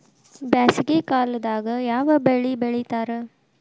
ಬ್ಯಾಸಗಿ ಕಾಲದಾಗ ಯಾವ ಬೆಳಿ ಬೆಳಿತಾರ?